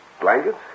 Blankets